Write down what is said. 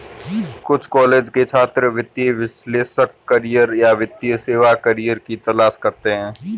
कुछ कॉलेज के छात्र वित्तीय विश्लेषक करियर या वित्तीय सेवा करियर की तलाश करते है